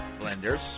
blenders